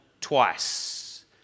twice